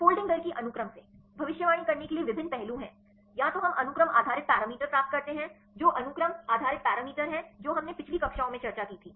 folding दर की अनुक्रम से भविष्यवाणी करने के लिए विभिन्न पहलू हैं या तो हम अनुक्रम आधारित पैरामीटर प्राप्त करते हैं जो अनुक्रम आधारित पैरामीटर हैं जो हमने पिछली कक्षाओं में चर्चा की थी